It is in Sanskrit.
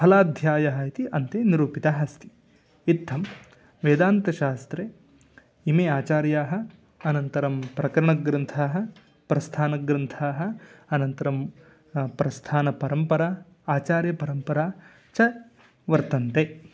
फलाध्यायः इति अन्ते निरुपितः अस्ति इत्थं वेदान्तशास्त्रे इमे अचार्याः अनन्तरं प्रकरणग्रन्थाः प्रस्थानग्रन्थाः अनन्तरं प्रस्थान परम्परा आचार्य परम्परा च वर्तन्ते